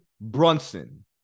Brunson